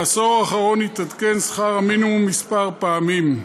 בעשור האחרון התעדכן שכר המינימום כמה פעמים.